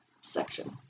section